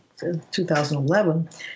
2011